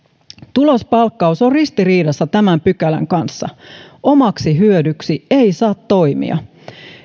tulospalkkaus on ristiriidassa tämän pykälän kanssa omaksi hyödyksi ei saa toimia